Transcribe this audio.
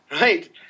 Right